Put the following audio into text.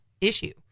issue